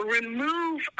remove